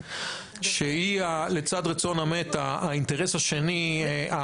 שהיא לצד רצון המת האינטרס השני.